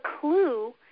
clue